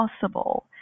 possible